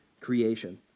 creation